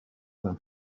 than